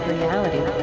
reality